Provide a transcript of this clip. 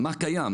מה קיים,